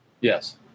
Yes